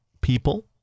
people